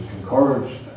encourage